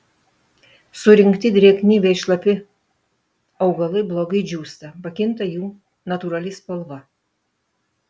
surinkti drėgni bei šlapi augalai blogai džiūsta pakinta jų natūrali spalva